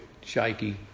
shaky